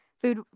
food